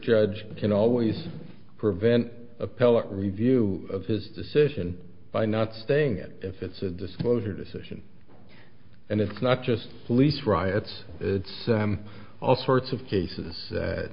judge can always prevent appellate review of his decision by not stating it if it's a disclosure decision and it's not just police riots it's all sorts of cases